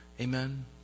Amen